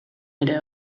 ere